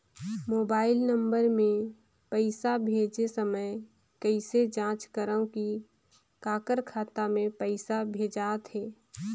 Mobile number मे पइसा भेजे समय कइसे जांच करव की काकर खाता मे पइसा भेजात हे?